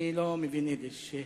אני לא מבין יידיש.